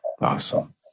Awesome